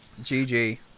GG